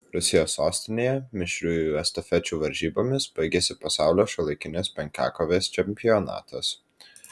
rusijos sostinėje mišrių estafečių varžybomis baigėsi pasaulio šiuolaikinės penkiakovės čempionatas